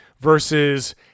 versus